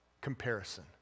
comparison